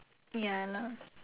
ya lah